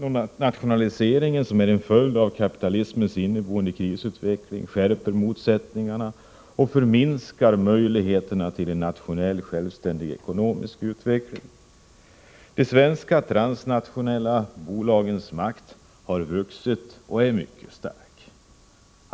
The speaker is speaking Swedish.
Transnationaliseringen, som är en följd av kapitalismens inneboende krisutveckling, skärper motsättningarna och förminskar möjligheterna till en nationell självständig ekonomisk utveckling. De svenska transnationella bolagens makt har vuxit och är mycket stark.